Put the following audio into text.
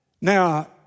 now